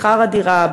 בשכר הדירה,